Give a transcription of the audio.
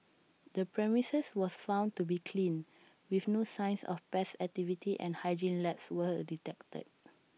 the premises was found to be clean with no signs of best activity and hygiene lapse were detected